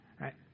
right